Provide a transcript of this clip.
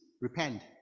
repent